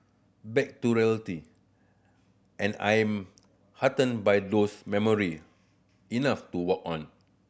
back to reality and I am heartened by those memory enough to walk on